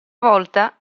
volta